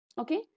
Okay